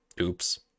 Oops